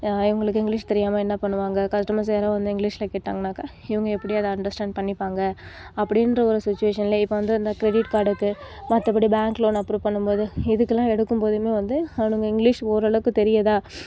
இவங்களுக்கு இங்கிலிஷ் தெரியாமல் என்னப் பண்ணுவாங்க கஸ்டமர்ஸ் யாராவது வந்தால் இங்கிலிஷ்ல கேட்டாங்கன்னாக்க இவங்க எப்படி அதை அண்டர்ஸ்டாண்ட் பண்ணிப்பாங்க அப்படின்ற ஒரு சுச்சிவேஷன்ல இப்போ வந்து இந்த கிரெடிட் கார்டுக்கு மற்றபடி பேங்க் லோன் அப்ரு பண்ணும்போது இதுக்குலாம் எடுக்கும் போது வந்து அவனுங்க ஓரளவுக்கு இங்கிலிஷ் தெரியுதா